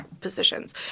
positions